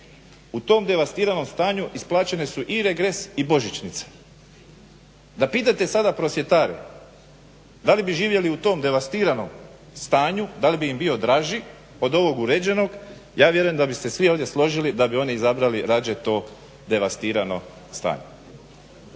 U tom devastiranom stanju isplaćene su i regres i božićnica. Da pitate sada prosvjetare da li bi živjeli u tom devastiranom stanju, da li bi im bio draži od ovog uređenog, ja vjerujem da bi se svi ovdje složili da bi oni izabrali rađe to devastirano stanje.